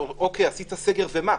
עשית סגר, ומה?